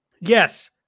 yes